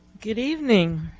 good evening.